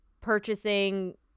purchasing